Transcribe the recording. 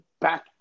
back